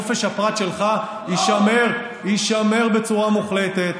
חופש הפרט שלך יישמר בצורה מוחלטת,